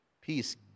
peace